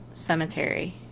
cemetery